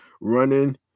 Running